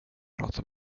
prata